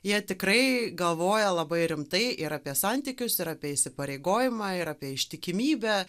jie tikrai galvoja labai rimtai ir apie santykius ir apie įsipareigojimą ir apie ištikimybę